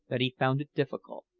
that he found it difficult.